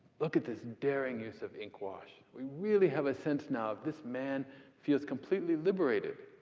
look at this daring use of ink wash. we really have a sense now of this man feels completely liberated.